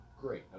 great